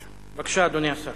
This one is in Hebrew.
בבקשה, אדוני השר.